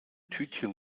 tütchen